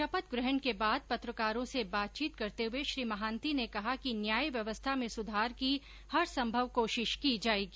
शपथ ग्रहण के बाद पत्रकारों से बातचीत करते हुए श्री महान्ती ने कहा कि न्यायव्यवस्था में सुधार की हरसंभव कोशिश की जायेगी